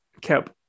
kept